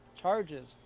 charges